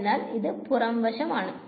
അതിനാൽ ഇത് പുരം വശം ആണ്